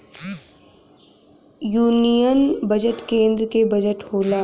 union budget केन्द्र के budget होला